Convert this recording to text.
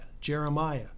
Jeremiah